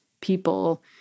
people